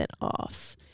off